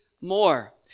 more